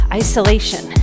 isolation